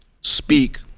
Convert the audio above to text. speak